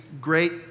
great